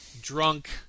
drunk